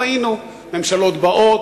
ראינו ממשלות באות,